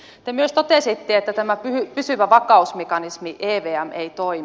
te myös totesitte että tämä pysyvä vakausmekanismi evm ei toimi